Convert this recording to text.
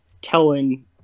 telling